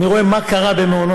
אני רואה מה קרה במעונות-היום.